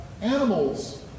animals